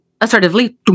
assertively